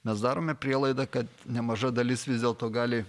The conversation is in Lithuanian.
mes darome prielaidą kad nemaža dalis vis dėlto gali